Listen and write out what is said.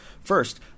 First